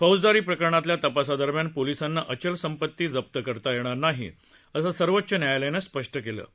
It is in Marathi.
फौजदारी प्रकरणातल्या तपासादरम्यान पोलिसांना अचल संपती जप्त करता येणार नाही असं सर्वोच्च न्यायालयानं म्हटलं आहे